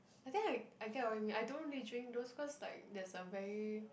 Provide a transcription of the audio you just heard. I think I get what you mean I don't really drink those cause like there's a very